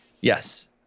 Yes